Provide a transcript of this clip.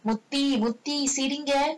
மாத்தி முத்தி சிரிங்க:maathi muthi siringa